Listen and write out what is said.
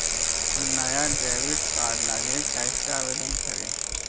हम नया debit card लागी कईसे आवेदन करी?